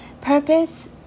Purpose